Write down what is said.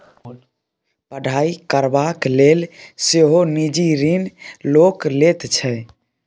पढ़ाई करबाक लेल सेहो निजी ऋण लोक लैत छै